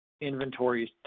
inventories